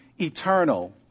eternal